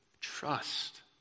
trust